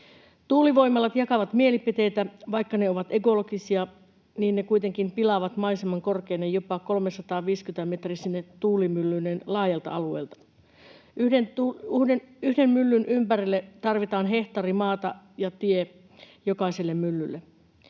Tuulivoimalat jakavat mielipiteitä. Vaikka ne ovat ekologisia, niin ne kuitenkin pilaavat maiseman korkeine, jopa 350 metrisine, tuulimyllyineen laajalta alueelta. Yhden myllyn ympärille tarvitaan hehtaari maata ja tie jokaiselle myllylle.